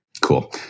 Cool